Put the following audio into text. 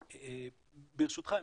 ברשותכם,